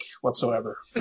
whatsoever